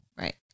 Right